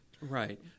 Right